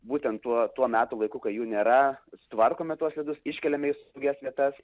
būtent tuo tuo metų laiku kai jų nėra sutvarkome tuos lizdus iškeliame į saugias vietas